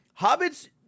hobbits